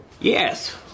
Yes